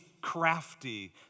crafty